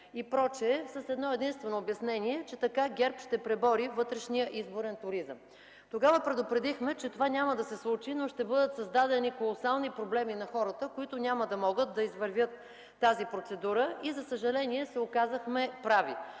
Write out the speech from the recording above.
и прочие, с обяснението, че така ГЕРБ ще пребори вътрешния изборен туризъм. Тогава предупредихме, че това няма да се случи, но ще бъдат създадени колосални проблеми на хората, които няма да могат да извървят тази процедура. За съжаление се оказахме прави,